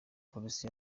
polisi